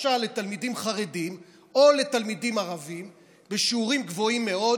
למשל לתלמידים חרדים או לתלמידים ערבים בשיעורים גבוהים מאוד,